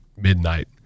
midnight